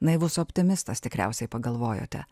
naivus optimistas tikriausiai pagalvojote